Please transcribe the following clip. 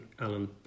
Alan